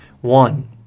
One